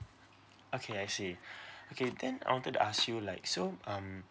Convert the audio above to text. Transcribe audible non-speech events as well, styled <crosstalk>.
okay I see <breath> okay then I wanted to ask you like so um